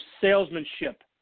salesmanship